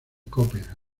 copenhague